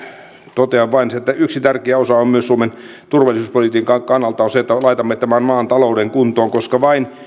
totean vain sen että yksi tärkeä osa myös suomen turvallisuuspolitiikan kannalta on se että laitamme tämän maan talouden kuntoon koska vain